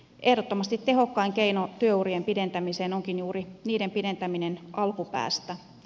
ehdottomasti tehokkain keino työurien pidentämiseen onkin juuri niiden pidentäminen alkupäästä